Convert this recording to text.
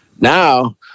Now